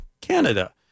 Canada